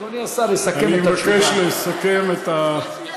אדוני השר יסכם את התשובה.